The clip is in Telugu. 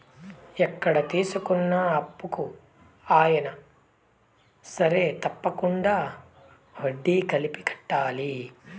ఎక్కడ తీసుకున్న అప్పుకు అయినా సరే తప్పకుండా వడ్డీ కలిపి కట్టాలి